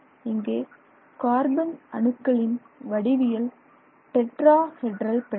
இங்கே கார்பன் அணுக்களின் வடிவியல் டெட்ரா ஹெட்ரல் பிணைப்பு